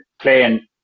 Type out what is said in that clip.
playing